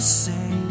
say